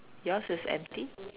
yours is empty